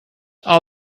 are